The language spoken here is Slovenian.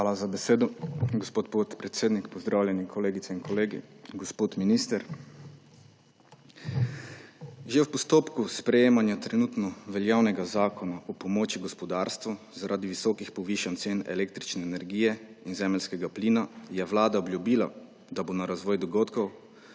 Hvala za besedo, gospod podpredsednik. Pozdravljeni, kolegice in kolegi, gospod minister! Že v postopku sprejemanja trenutno veljavnega zakona o pomoči gospodarstvu zaradi visokih povišanj cen električne energije in zemeljskega plina je vlada obljubila, da se bo na razvoj dogodkov